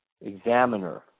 Examiner